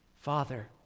Father